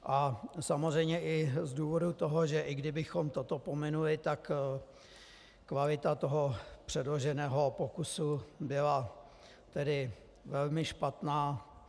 A samozřejmě i z důvodu toho, že i kdybychom toto pominuli, tak kvalita toho předloženého pokusu byla velmi špatná.